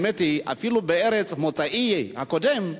האמת היא, אפילו בארץ מוצאי, הקודמת,